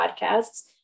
podcasts